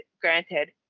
granted